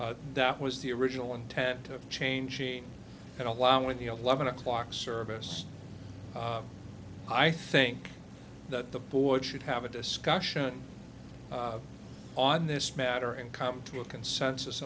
that was the original untapped of changing and allowing the eleven o'clock service i think that the board should have a discussion on this matter and come to a consensus